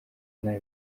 nawe